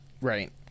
Right